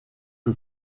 que